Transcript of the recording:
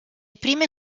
prime